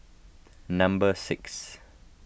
number six